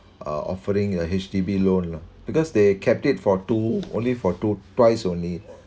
uh offering a H_D_B loan lah because they capped it for two only for two twice only